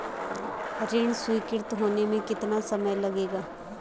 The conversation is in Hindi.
ऋण स्वीकृति होने में कितना समय लगेगा?